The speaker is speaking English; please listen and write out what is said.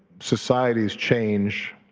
societies change